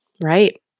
Right